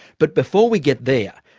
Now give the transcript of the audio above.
but before we get there,